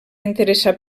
interessar